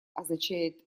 означает